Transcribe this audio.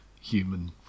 human